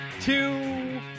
two